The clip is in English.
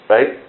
Right